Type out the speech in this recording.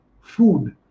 food